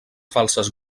falses